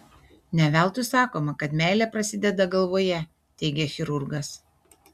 ne veltui sakoma kad meilė prasideda galvoje teigia chirurgas